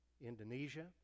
Indonesia